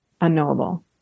unknowable